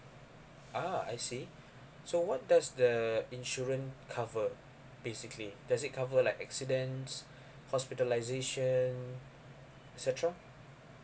ah I see so what does the insurance cover basically does it cover like accidents hospitalisation et cetera